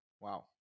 Wow